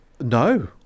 No